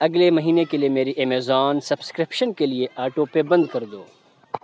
اگلے مہینے کے لیے میری ایمیزون سبسکرپشن کے لیے آٹو پے بند کردو